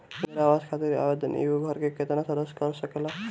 इंदिरा आवास खातिर आवेदन एगो घर के केतना सदस्य कर सकेला?